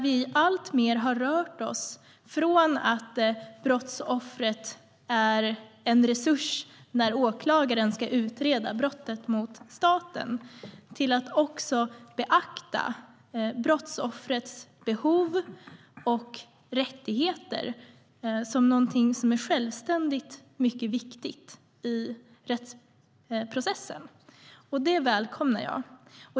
Vi rör oss alltmer från att brottsoffret är en resurs när åklagaren ska utreda brottet mot staten till att också beakta brottsoffrets behov och rättigheter som något självständigt viktigt i rättsprocessen. Det välkomnar jag.